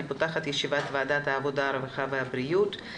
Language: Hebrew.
פותחת את ישיבת ועדת העבודה הרווחה והבריאות.